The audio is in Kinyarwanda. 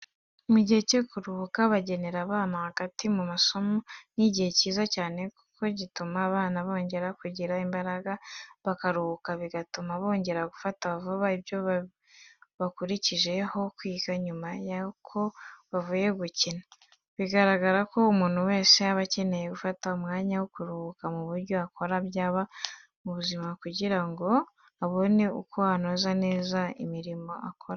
Mu gihe cyo kuruhuka bagenera abana hagati mu masomo ni igihe cyiza cyane kuko gituma abana bongera kugira imbaraga bakaruhuka bigatuma bongera gufata vuba ibyo bakurikije ho kwiga nyuma yuko bavuye gukina. Bigaragara ko umuntu wese abakeneye gufata umwanya wo kuruhuka mu byo akora bya buri munsi kugira ngo abone uko anoza neza imirimo akora.